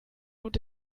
und